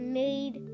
made